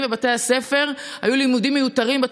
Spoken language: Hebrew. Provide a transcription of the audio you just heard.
ולבתי הספר בצורה מקוונת היו לימודים מיותרים.